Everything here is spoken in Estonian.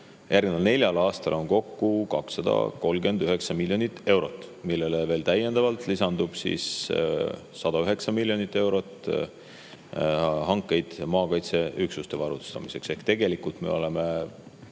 järgmisel neljal aastal on kokku 239 miljonit eurot, millele lisandub täiendavalt 109 miljonit eurot hankeid maakaitseüksuste varustamiseks, ehk tegelikult me oleme